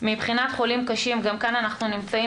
מבחינת חולים קשים גם כאן אנחנו נמצאים